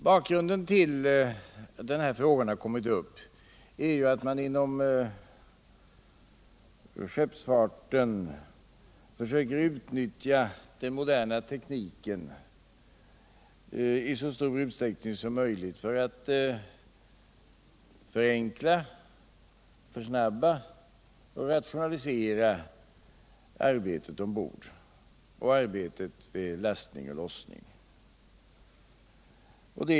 Bakgrunden till att denna sak kommit upp är att man inom skeppsfarten försöker utnyttja den moderna tekniken i så stor utsträckning som möjligt för att förenkla, försnabba och rationalisera arbetet ombord samt arbetet vid lastning och lossning.